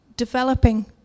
developing